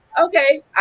okay